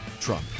Trump